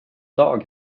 dag